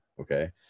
okay